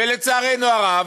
ולצערנו הרב,